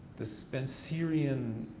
the spencerian,